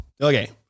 Okay